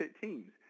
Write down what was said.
teams